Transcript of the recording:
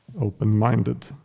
open-minded